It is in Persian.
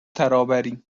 ترابری